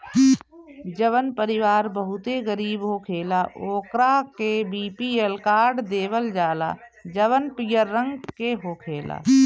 जवन परिवार बहुते गरीब होखेला ओकरा के बी.पी.एल कार्ड देवल जाला जवन पियर रंग के होखेला